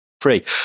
free